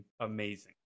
amazing